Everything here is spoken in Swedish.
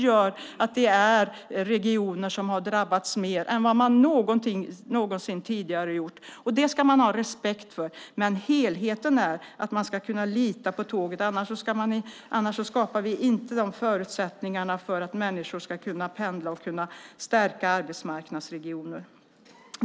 Detta har gjort att vissa regioner har drabbats mer än någonsin tidigare. Det ska man ha respekt för. Men som helhet ska man kunna lita på tåget, annars skapar vi inte förutsättningar för att människor ska kunna pendla och stärka arbetsmarknadsregioner.